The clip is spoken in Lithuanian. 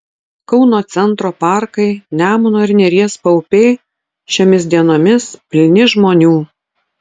kauno centro parkai nemuno ir neries paupiai šiomis dienomis pilni žmonių